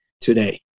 today